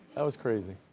that was crazy.